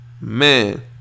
Man